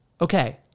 Okay